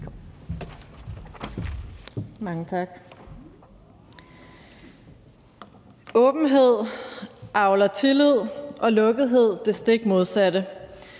Mange tak. Åbenhed avler tillid, lukkethed det stik modsatte.